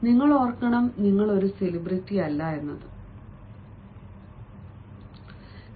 നിങ്ങൾ ഓർക്കണം നിങ്ങൾ ഒരു സെലിബ്രിറ്റിയാകേണ്ടതില്ലാത്ത കാലത്തോളം നിങ്ങളുടേതാകുക